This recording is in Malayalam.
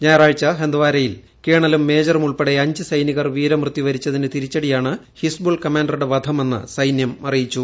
ഞായറാഴ്ച ഹന്ദ് വാരയിൽ കേണലും മേജറും ഉൾപ്പെടെ അഞ്ച് സൈനികർ വീരമൃത്യു വരിച്ചതിന് തിരിച്ചടിയാണ് ഹിസ്ബുൾ കമാൻഡറുടെ വധമെന്ന് സൈന്യം അറിയിച്ചു